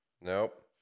Nope